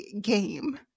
game